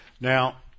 Now